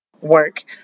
work